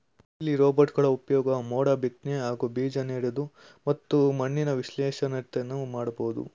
ಕೃಷಿಲಿ ರೋಬೋಟ್ಗಳ ಉಪ್ಯೋಗ ಮೋಡ ಬಿತ್ನೆ ಹಾಗೂ ಬೀಜನೆಡೋದು ಮತ್ತು ಮಣ್ಣಿನ ವಿಶ್ಲೇಷಣೆನ ಮಾಡ್ಬೋದು